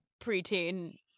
preteen